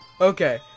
Okay